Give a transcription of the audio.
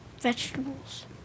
vegetables